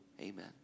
Amen